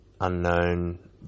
unknown